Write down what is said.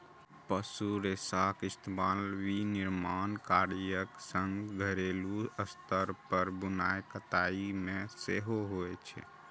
पशु रेशाक इस्तेमाल विनिर्माण कार्यक संग घरेलू स्तर पर बुनाइ कताइ मे सेहो होइ छै